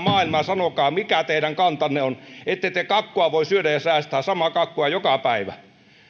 maailmaan ja sanokaa mikä teidän kantanne on ette te samaa kakkua voi syödä ja säästää joka päivä